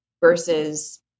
versus